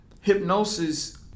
hypnosis